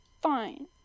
Fine